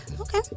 Okay